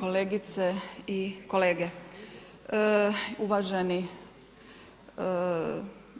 Kolegice i kolege, uvaženi